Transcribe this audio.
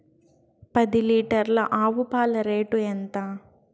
పది లీటర్ల ఆవు పాల రేటు ఎంత?